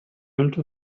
into